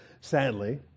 Sadly